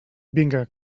vinga